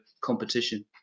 competition